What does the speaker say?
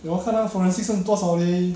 我要看那 forensic 剩多少 leh